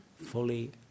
fully